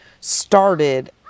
started